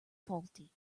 faulty